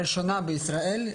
הראשונה בישראל,